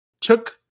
took